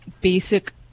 basic